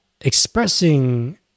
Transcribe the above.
expressing